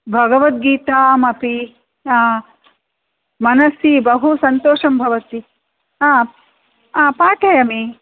भगवद्गीतामपि मनसि बहु सन्तोषं भवति हा हा पाठयामि